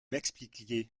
m’expliquiez